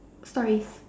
stories